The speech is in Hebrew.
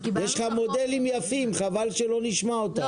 יש לך מודלים יפים, חבל שלא נשמע אותם.